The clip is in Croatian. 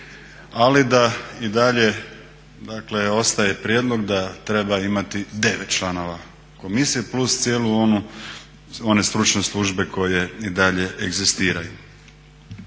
Ali da i dalje, dakle ostaje prijedlog da treba imati 9 članova komisije plus cijelu onu, one stručne službe koje i dalje egzistiraju.